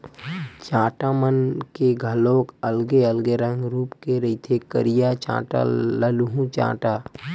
चाटा मन के घलोक अलगे अलगे रंग रुप के रहिथे करिया चाटा, ललहूँ चाटा